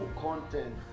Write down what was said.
content